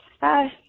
Bye